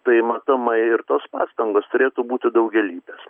tai matomai ir tos pastangos turėtų būti daugialypės